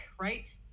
right